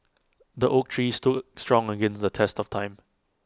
the oak tree stood strong against the test of time